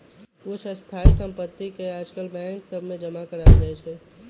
कुछ स्थाइ सम्पति के याजकाल बैंक सभ में जमा करायल जाइ छइ